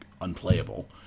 unplayable